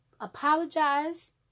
apologize